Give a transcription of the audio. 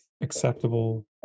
acceptable